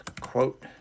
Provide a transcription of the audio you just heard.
quote